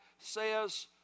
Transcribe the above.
says